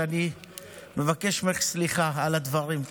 אז אני מבקש ממך סליחה על הדברים.